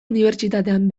unibertsitatean